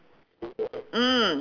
mm